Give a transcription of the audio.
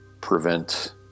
prevent